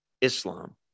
Islam